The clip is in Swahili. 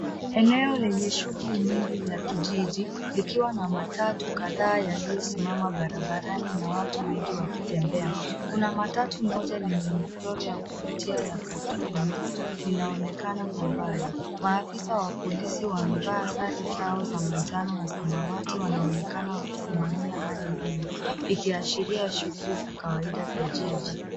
Eneo lenye shungli nyingi la kijiji likiwa na matatu kadhaa yaliyosimama barabarani na watu wengi wakitembea. Kuna matatu moja lenye michoro ya kuvutia ya cartoon inaonekana Kwa mbali. Maafisa wa polisi wamevaa sare zao za manjano na samawati wanaonekana wakisimamia hali hiyo. Ikiashiria shughuli za kawaida za jiji.